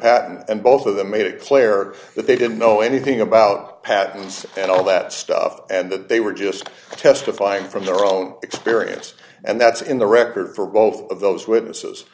patent and both of them made it clear that they didn't know anything about patents and all that stuff and that they were just testifying from their all experience and that's in the record for both of those witnesses